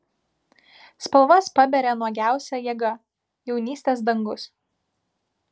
spalvas paberia nuogiausia jėga jaunystės dangus